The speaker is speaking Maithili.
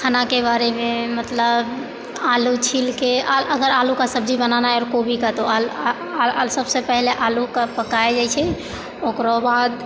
खाना के बारे मे मतलब आलू छील के अगर आलू के सब्जी बनाना यऽ और कोबी के तऽ सबसँ पहिले आलू के पकायल जाइ छै ओकरो बाद